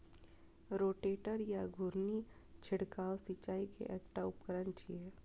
rotator या घुर्णी छिड़काव सिंचाइ के एकटा उपकरण छियै